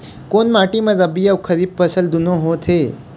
कोन माटी म रबी अऊ खरीफ फसल दूनों होत हे?